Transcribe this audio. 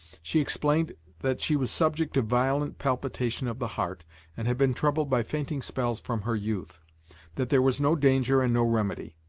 she explained that she was subject to violent palpitation of the heart and had been troubled by fainting spells from her youth that there was no danger and no remedy.